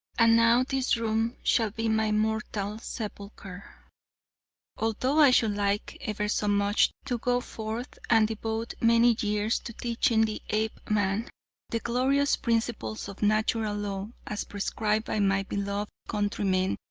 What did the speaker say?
and now this room shall be my mortal sepulcher. although i should like, ever so much, to go forth and devote many years to teaching the apeman the glorious principles of natural law as prescribed by my beloved countrymen,